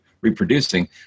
reproducing